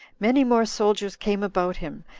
many more soldiers came about him,